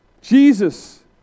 Jesus